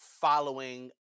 following